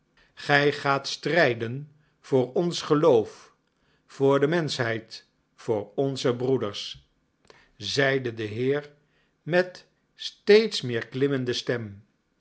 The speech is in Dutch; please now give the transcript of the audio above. gij gaat strijden voor ons geloof voor de menschheid voor onze broeders zeide de heer met steeds meer klimmende stem